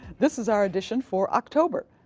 this is our edition for october.